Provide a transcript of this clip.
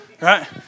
Right